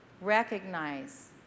Recognize